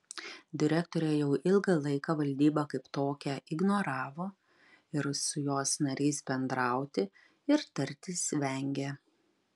direktorė jau ilgą laiką valdybą kaip tokią ignoravo ir su jos nariais bendrauti ir tartis vengė